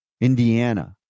Indiana